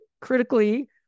critically